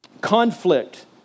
conflict